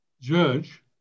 judge